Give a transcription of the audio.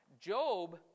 Job